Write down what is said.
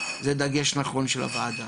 זה דגש נכון של הוועדה,